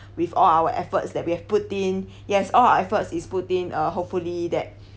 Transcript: with all our efforts that we have put in yes all our efforts is put in uh hopefully that